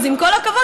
אז עם כל הכבוד,